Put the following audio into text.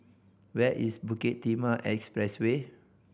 where is Bukit Timah Expressway